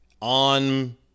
on